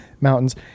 mountains